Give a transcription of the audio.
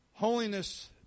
Holiness